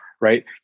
right